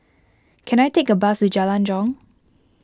can I take a bus to Jalan Jong